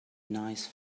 nice